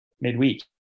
midweek